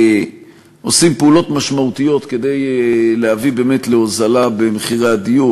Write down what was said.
עושים פעולות משמעותיות כדי להביא להוזלה במחירי הדיור,